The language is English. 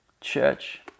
Church